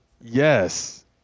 Yes